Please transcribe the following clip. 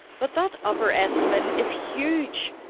but that upper estimate is huge.